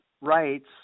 rights